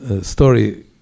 story